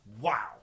wow